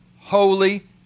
holy